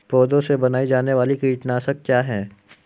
पौधों से बनाई जाने वाली कीटनाशक क्या है?